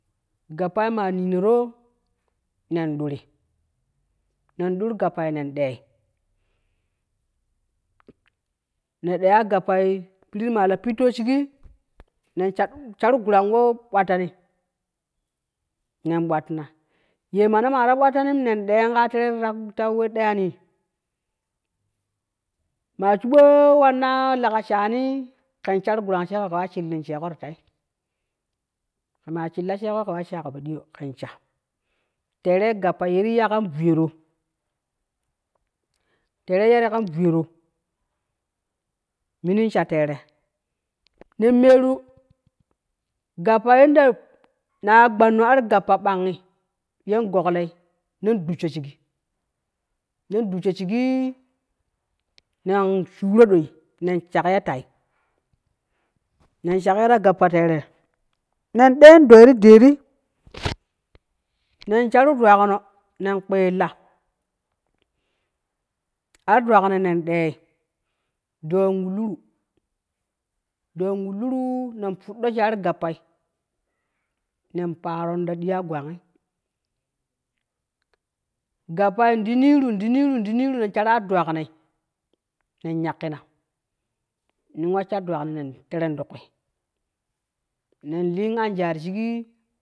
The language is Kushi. Gappai na ninoroo nen duwuri, nen dur gappai nen dei, ne deya gappai pirit maa la pitto shigi nen shadɗo shar gurang wo bwattani nen bwatina, ye nemata bwattanim nen ɗen kaa teerei ta, ta, we deyani. maa shibbo wanna legaa shaa nii ken shar gurang shego kewa shilin shego ti tai ke maa shilla shego ƙewa shago poɗiyo ken sha, tere gappa yeti ya kan viyero, teera ya kan viyero, minin sha teere, nen men gappa yen da na gbannu ar gappa ɓangi, yen gogloi nen dushu shigi nen dushu shigi nen shuro doi nen shakyo tai nen shakyo ta gappa teere, nen ɗeen dooi ti dee nen shar dwagino nen kpilla ar dwaginoi nen dei, dooi in wullun doon wulluruu nen ⼲udɗo shig ar gappai nen paaron ta diya ya gwagi gappai ti niru, di niru, de niru nen shar ar dwaginoi, nen nyakkina, nen waa shar dwagino nen teren ti kui nen lin anja ti shigi.